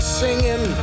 singing